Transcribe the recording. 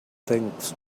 thinks